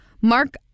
Mark